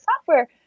software